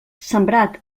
sembrat